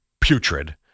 putrid